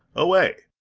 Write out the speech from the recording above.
away!